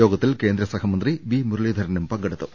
യോഗത്തിൽ കേന്ദ്ര സഹമന്ത്രി വി മുരളീധ രനും പങ്കെടുത്തു